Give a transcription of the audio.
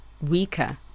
weaker